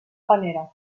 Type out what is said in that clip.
panera